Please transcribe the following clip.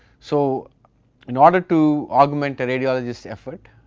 so in order to augment a radiologists effort,